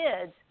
kids